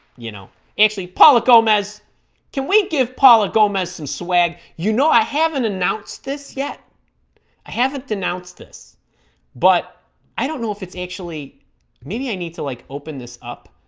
you know actually paulo comas can we give paulo gomez some swag you know i haven't announced this yet i haven't denounced this but i don't know if it's actually maybe i need to like open this up